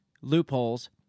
loopholes